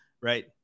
right